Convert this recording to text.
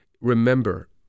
Remember